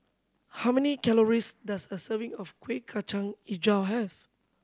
how many calories does a serving of Kueh Kacang Hijau have